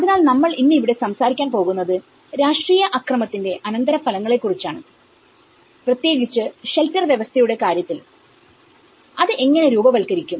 അതിനാൽ നമ്മൾ ഇന്ന് ഇവിടെ സംസാരിക്കാൻ പോകുന്നത് രാഷ്ട്രീയ അക്രമത്തിന്റെ അനന്തരഫലങ്ങളെ കുറിച്ചാണ് പ്രത്യേകിച്ച് ഷെൽട്ടർ വ്യവസ്ഥയുടെ കാര്യത്തിൽഅത് എങ്ങനെ രൂപവൽക്കരിക്കും